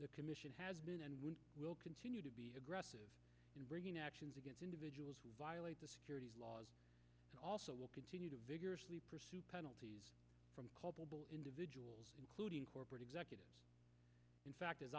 the commission has been and will continue to be aggressive in bringing actions against individuals who violate the securities laws and also will continue to vigorously pursue penalties from culpable individuals including corporate executives in fact